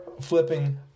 flipping